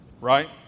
Right